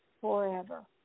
forever